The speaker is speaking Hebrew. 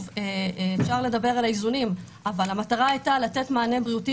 ואפשר לדבר על האיזונים אבל המטרה היתה לתת מענה בריאותי